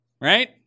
right